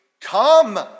come